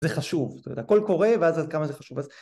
זה חשוב, אתה יודע, הכל קורה ואז כמה זה חשוב.